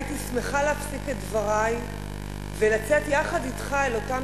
הייתי שמחה להפסיק את דברי ולצאת יחד אתך אל אותם